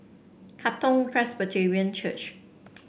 Katong Presbyterian Church